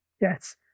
Yes